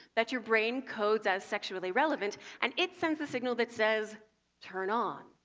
that your brain codes as sexually relevant, and it sends the signal that says turn on.